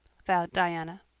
vowed diana.